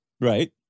Right